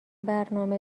برنامه